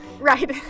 Right